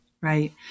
right